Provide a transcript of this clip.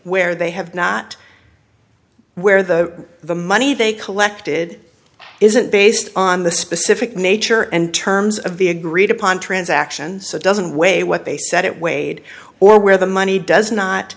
where they have not where the the money they collected is it based on the specific nature and terms of the agreed upon transaction so it doesn't weigh what they said it weighed or where the money does not